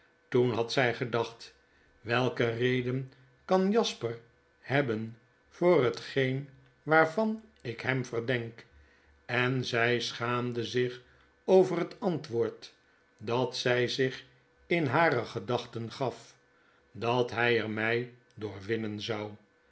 toen had zij gedacht n welke reden kan jasper hebben voor hetgeen waarvan ik hem verdenk en zij schaamde zich over het antwoord dat zij zich in hare gedachten gaf dat hij er mij doorwinnen zou